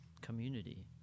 community